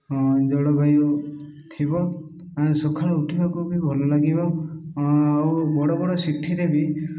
ହଁ ଜଳବାୟୁ ଥିବ ଆମେ ସକାଳୁ ଉଠିବାକୁ ବି ଭଲ ଲାଗିବ ଆଉ ବଡ଼ ବଡ଼ ସିଟିରେ ବି